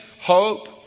Hope